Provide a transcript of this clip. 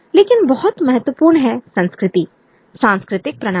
लेकिन बहुत महत्वपूर्ण है संस्कृति सांस्कृतिक प्रणाली